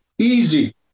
Easy